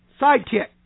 sidekick